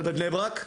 אבל בבני ברק?